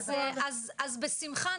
נכון, בשמחה.